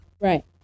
Right